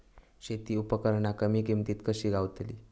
शेती उपकरणा कमी किमतीत कशी गावतली?